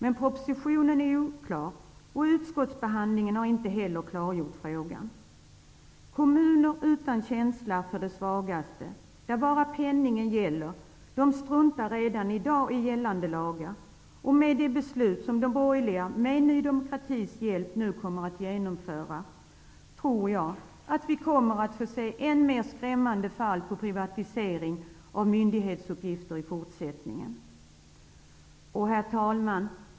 Men propositionen är oklar, och utskottsbehandlingen har inte heller klargjort frågan. Kommuner utan känsla för de svagaste, där bara penningen gäller, struntar redan i dag i gällande lagar. Med det beslut som de borgerliga, med hjälp av Ny demokrati, kommer att fatta, kommer vi i fortsättningen att få se än mer skrämmande exempel på privatisering av myndighetsuppgifter. Herr talman!